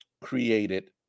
created